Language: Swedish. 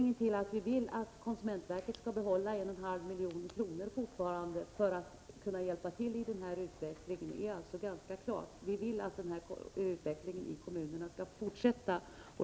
Skälet till att vi vill att konsumentverket skall behålla 1,5 milj.kr. för att kunna hjälpa till i denna utveckling är alltså ganska klart. Vi vill att utvecklingen i kommunerna skall fortsätta.